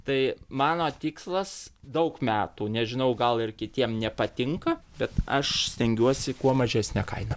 tai mano tikslas daug metų nežinau gal ir kitiem nepatinka bet aš stengiuosi kuo mažesne kaina